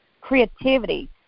creativity